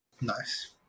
Nice